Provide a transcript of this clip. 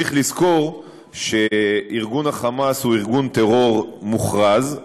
צריך לזכור שארגון ה"חמאס" הוא ארגון טרור מוכרז,